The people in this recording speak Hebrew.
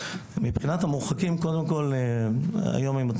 מבחינת המורחקים קודם כל היום אם את